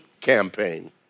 campaign